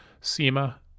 SEMA